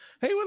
Hey